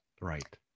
right